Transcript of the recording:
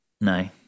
No